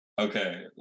Okay